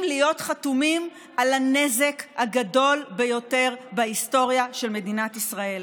להיות חתומים על הנזק הגדול ביותר בהיסטוריה של מדינת ישראל.